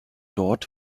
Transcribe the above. dort